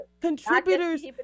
contributors